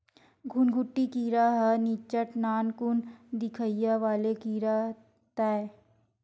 घुनघुटी कीरा ह निच्चट नानकुन दिखइया वाले कीरा ताय